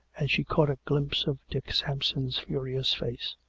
and she caught a glimpse of dick sampson's furious face.